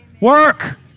Work